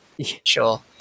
sure